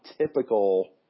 typical